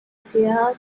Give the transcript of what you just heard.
ciudad